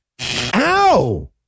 Ow